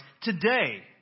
today